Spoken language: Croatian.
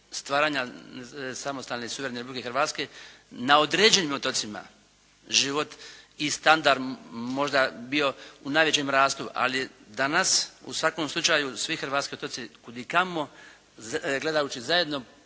stvaranja samostalne i suverene Republike Hrvatske na određenim otocima život i standard možda bio u najvećem rastu. Ali je danas u svakom slučaju svi hrvatski otoci kudikamo, gledajući zajedno